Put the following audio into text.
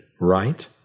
right